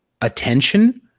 attention